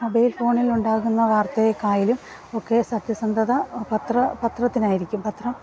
mobile ഫോണിലുണ്ടാകുന്ന വാർത്തയേക്കാളും ഒക്കെ സത്യസന്ധത പത്രം പത്രത്തിനായിരിക്കും പത്രം